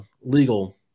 legal